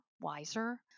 wiser